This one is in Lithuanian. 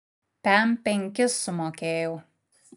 pem penkis sumokėjau